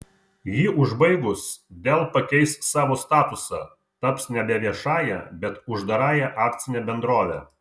jį užbaigus dell pakeis savo statusą taps nebe viešąja bet uždarąja akcine bendrove